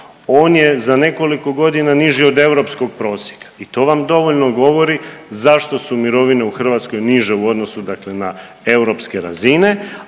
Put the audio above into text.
on je za nekoliko godina niži od europskog prosjeka i to vam dovoljno govori zašto su mirovine u Hrvatskoj niže u odnosu dakle na europske razine,